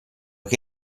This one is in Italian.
che